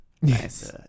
Yes